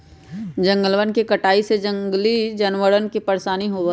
जंगलवन के कटाई से जंगली जानवरवन के परेशानी होबा हई